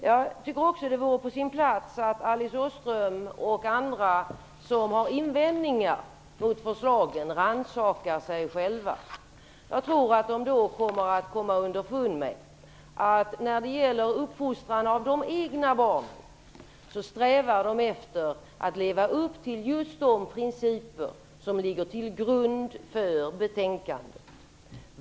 Jag tycker att det vore på sin plats att Alice Åström och andra som har invändningar mot förslagen rannsakade sig själva. Då kommer de att komma underfund med att de i uppfostran av de egna barnen strävar efter att leva upp till just de principer som ligger till grund för betänkandet.